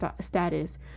status